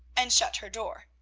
and shut her door.